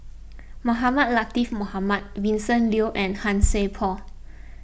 Mohamed Latiff Mohamed Vincent Leow and Han Sai Por